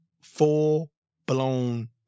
full-blown